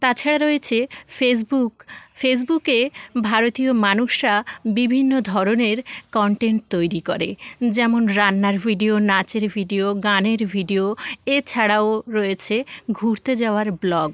তাছাড়া রয়েছে ফেসবুক ফেসবুকে ভারতীয় মানুষরা বিভিন্ন ধরনের কনটেন্ট তৈরি করে যেমন রান্নার ভিডিও নাচের ভিডিও গানের ভিডিও এছাড়াও রয়েছে ঘুরতে যাওয়ার ব্লগ